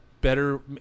better